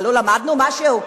מה, לא למדנו משהו?